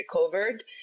recovered